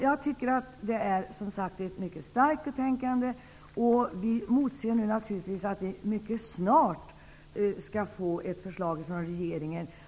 Jag tycker, som sagt, att detta är ett mycket starkt betänkande. Vi emotser mycket snart ett förslag från regeringen.